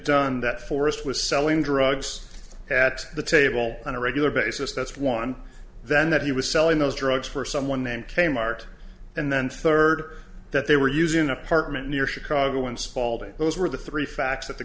done that forrest was selling drugs at the table on a regular basis that's one then that he was selling those drugs for someone named k mart and then third that they were using an apartment near chicago and spaulding those were the three facts that the